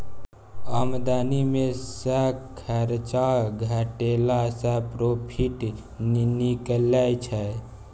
आमदनी मे सँ खरचा घटेला सँ प्रोफिट निकलै छै